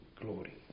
glory